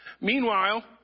Meanwhile